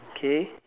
okay